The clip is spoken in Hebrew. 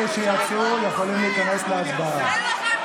אלה שיצאו יכולים להיכנס להצבעה.